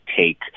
take